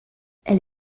elle